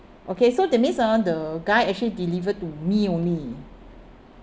okay so that means ah the guy actually delivered to me only